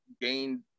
gained